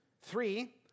Three